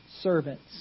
servants